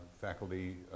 faculty